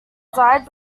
died